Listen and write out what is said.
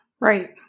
right